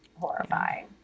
horrifying